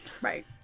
Right